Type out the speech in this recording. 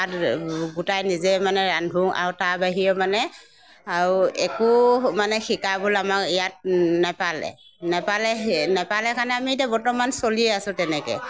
পাত গোটাই মানে নিজে ৰান্ধো আৰু তাৰ বাহিৰে মানে আৰু একো মানে শিকাবলৈ আমাক ইয়াত নাপালে নেপালে সে নেপালে কাৰণে আমি বৰ্তমান এতিয়া চলি আছোঁ তেনেকৈ